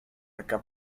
taka